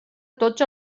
tots